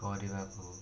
କରିବାକୁ